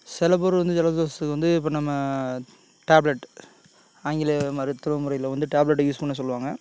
சில பேர் வந்து ஜலதோஷத்துக்கு வந்து இப்போ நம்ம டேப்லட் ஆங்கிலேய மருத்துவ முறையில் வந்து டேப்லட்டை யூஸ் பண்ண சொல்லுவாங்க